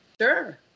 Sure